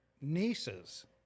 nieces